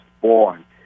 born